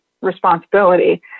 responsibility